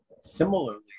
similarly